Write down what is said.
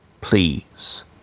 Please